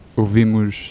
Ouvimos